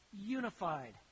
unified